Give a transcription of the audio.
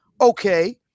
okay